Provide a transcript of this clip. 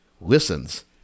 listens